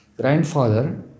grandfather